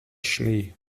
schnee